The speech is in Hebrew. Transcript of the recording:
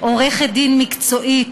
עורכת דין מקצועית,